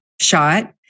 shot